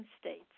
states